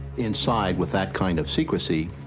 inside with that kind of secrecy,